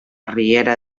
riera